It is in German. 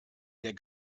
der